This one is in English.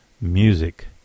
music